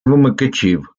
вимикачів